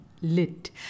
Lit